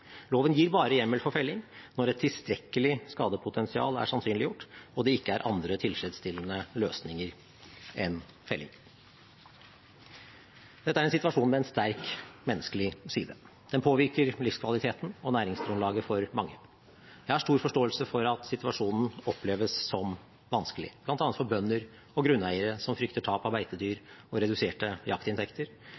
Loven gir bare hjemmel for felling når et tilstrekkelig skadepotensial er sannsynliggjort og det ikke er andre tilfredsstillende løsninger enn felling. Dette er en situasjon med en sterk menneskelig side. Den påvirker livskvaliteten og næringsgrunnlaget for mange. Jeg har stor forståelse for at situasjonen oppleves som vanskelig, bl.a. for bønder og grunneiere som frykter tap av beitedyr